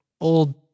old